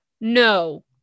no